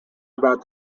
about